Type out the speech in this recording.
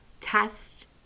test